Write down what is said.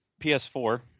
PS4